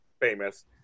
Famous